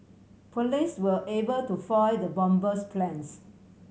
police were able to foil the bomber's plans